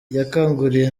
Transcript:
yakanguriye